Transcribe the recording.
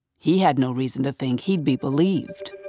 he had no reason to think he'd be believed.